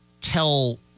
tell